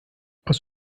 aus